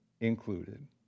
included